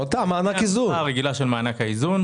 הנוסחה הרגילה של מענק האיזון.